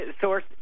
source